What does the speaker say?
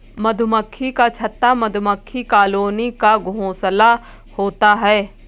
मधुमक्खी का छत्ता मधुमक्खी कॉलोनी का घोंसला होता है